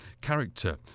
character